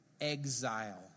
exile